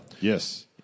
Yes